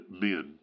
men